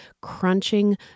crunching